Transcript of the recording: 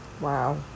Wow